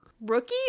Rookie